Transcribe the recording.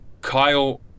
Kyle